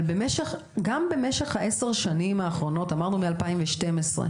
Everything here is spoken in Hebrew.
אבל גם במשך ה-10 שנים האחרונות, אמרנו מאז 2012?